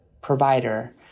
provider